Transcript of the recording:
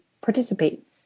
participate